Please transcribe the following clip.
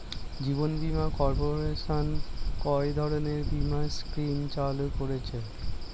জীবন বীমা কর্পোরেশন কয় ধরনের বীমা স্কিম চালু করেছে?